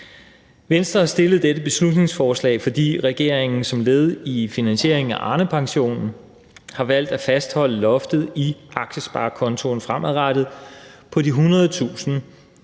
Venstre har fremsat dette beslutningsforslag, fordi regeringen som led i finansieringen af Arnepensionen har valgt at fastholde loftet i aktiesparekontoen fremadrettet på de 102.300